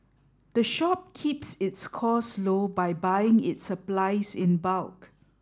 the shop keeps its costs low by buying its supplies in bulk